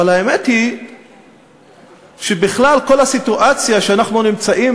אבל האמת היא שבכלל כל הסיטואציה שאנחנו נמצאים